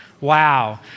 Wow